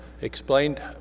explained